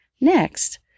Next